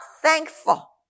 thankful